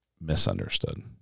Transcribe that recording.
misunderstood